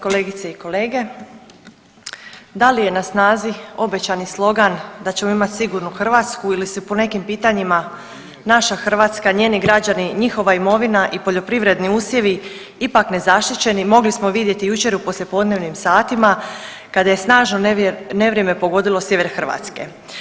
Kolegice i kolege, da li je na snazi obećani slogan da ćemo imati sigurnu Hrvatsku ili su po nekim pitanjima naša Hrvatska, njeni građani, njihova imovina i poljoprivredni usjevi ipak nezaštićeni mogli smo vidjeti jučer u poslijepodnevnim satima kada je snažno nevrijeme pogodilo sjever Hrvatske.